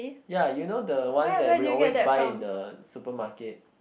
ya you know the one that we always buy in the supermarket